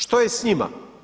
Što je s njima?